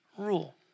rule